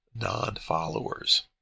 non-followers